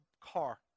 car